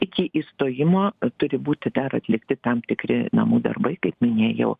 iki įstojimo turi būti dar atlikti tam tikri namų darbai kaip minėjau